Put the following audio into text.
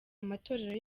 amatorero